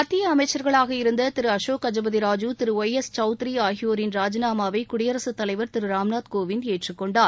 மத்திய அமைச்சர்களாக இருந்த திரு அசோக் கஜபதி ராஜு திரு ஒய் எஸ் சவுத்ரி ஆகியோரின் ராஜினாமாவை குடியரசுத் தலைவர் திரு ராம்நாத் கோவிந்த் ஏற்றுக் கொண்டார்